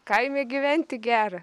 kaime gyventi gera